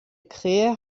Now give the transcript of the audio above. krähe